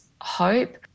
hope